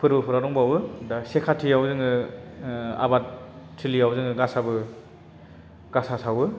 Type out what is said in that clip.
फोरबोफोरा दंबावो दा से खाथियाव जोङो आबाद थिलियाव जोङो गासाबो गासा सावो